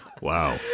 Wow